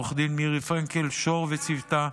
עו"ד מירי פרנקל שור וצוותה,